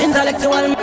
Intellectual